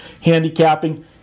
handicapping